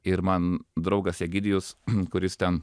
ir man draugas egidijus kuris ten